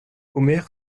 omer